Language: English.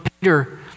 Peter